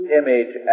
image